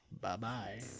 Bye-bye